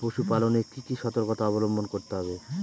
পশুপালন এ কি কি সর্তকতা অবলম্বন করতে হবে?